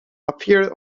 appeared